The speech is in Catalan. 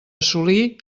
assolir